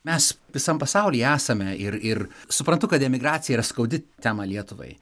mes visam pasaulyje esame ir ir suprantu kad emigracija yra skaudi tema lietuvai